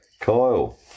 Kyle